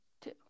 two